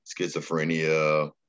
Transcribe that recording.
schizophrenia